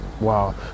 Wow